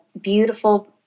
beautiful